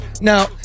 Now